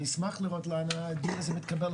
נשמח לראות לאן הדיון הזה מתקדם,